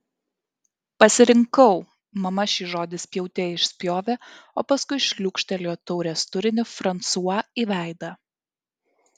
pasirinkau mama šį žodį spjaute išspjovė o paskui šliūkštelėjo taurės turinį fransua į veidą